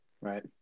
Right